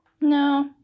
No